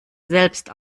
selbst